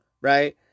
Right